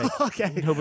okay